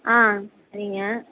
ஆ சரிங்க